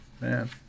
man